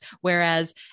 whereas